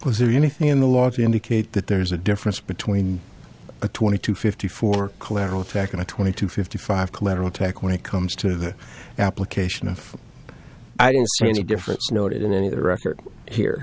was there anything in the law to indicate that there's a difference between a twenty to fifty for collateral effect and a twenty to fifty five collateral tack when it comes to the application and i didn't see any difference noted in any of the record here